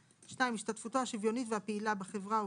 (2) השתתפותו השוויונית והפעילה בחברה ובקהילה,